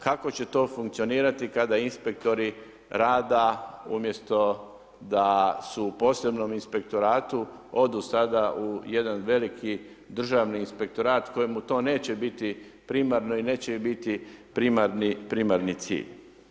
Kako će to funkcionirati kada inspektori rada umjesto da su u posebnom inspektoratu odu sada u jedan veliki državni inspektorat kojemu to neće biti primarno i neće biti primarni cilj?